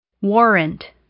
Warrant